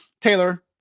Taylor